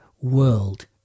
world